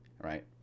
right